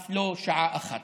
אף לא שעה אחת.